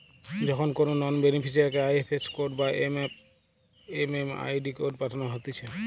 যখন কোনো নন বেনিফিসারিকে আই.এফ.এস কোড বা এম.এম.আই.ডি কোড পাঠানো হতিছে